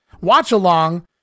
watch-along